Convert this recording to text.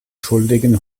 schuldigen